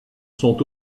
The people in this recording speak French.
sont